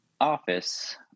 office